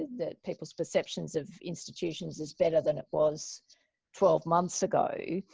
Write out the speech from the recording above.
that people's perceptions of institutions is better than it was twelve months ago.